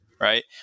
right